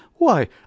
Why